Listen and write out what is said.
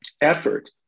effort